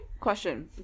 question